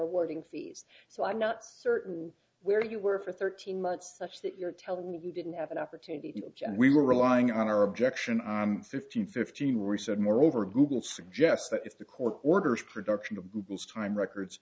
awarding fees so i'm not certain where you were for thirteen months such that you're telling me you didn't have an opportunity and we were relying on our objection on fifteen fifteen research moreover google suggests that if the court orders production of time records